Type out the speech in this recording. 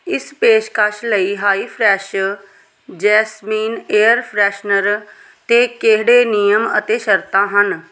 ਇਸ ਪੇਸ਼ਕਸ਼ ਲਈ high fresh jasmine air freshener 'ਤੇ ਕਿਹੜੇ ਨਿਯਮ ਅਤੇ ਸ਼ਰਤਾਂ ਹਨ